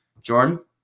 Jordan